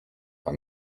fin